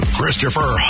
Christopher